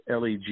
LEG